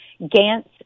Gantz